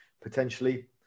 potentially